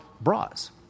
bras